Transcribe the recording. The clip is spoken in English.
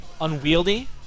unwieldy